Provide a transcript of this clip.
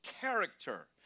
character